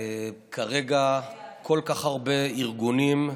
כרגע כל כך הרבה ארגונים,